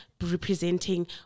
Representing